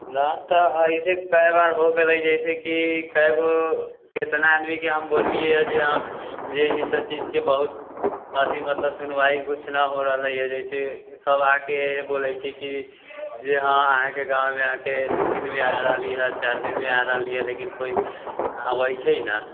नहि तऽ अइसे कएक बेर हो गेलै जइसेकि कएकगो कतना आदमीके हम बोललिए हँ जे अहाँ जे ईसब चीजके बहुत अथी मतलब सुनवाइ किछु नहि हो रहलै हइ जइसे सब आके बोलै छै की हँ जे हँ अहाँके गाँवमे अहाँके दू दिनमे आ रहली हँ चार दिनमे आ रहली हँ लेकिन कोइ आबै छै नहि